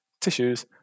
tissues